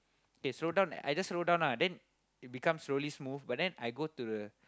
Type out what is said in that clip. k slow down I just slow down lah then it become slowly smooth but then I go to the